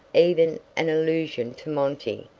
even an allusion to monty,